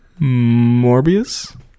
Morbius